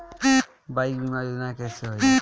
Bike बीमा योजना कैसे होई?